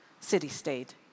city-state